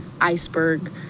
iceberg